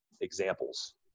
examples